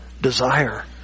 desire